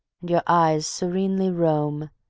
and your eyes serenely roam,